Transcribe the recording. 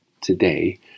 Today